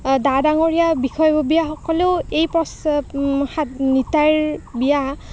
ডা ডাঙৰীয়া বিষয়ববীয়া সকলেও এই প্ৰস্তাৱ নিতাইৰ বিয়া